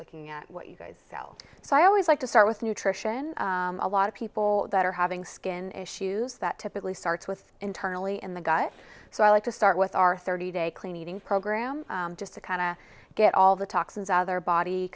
looking at what you guys are so i always like to start with nutrition a lot of people that are having skin issues that typically starts with internally in the gut so i like to start with our thirty day clean eating program just to kind of get all the toxins other body